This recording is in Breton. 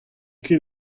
ket